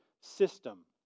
system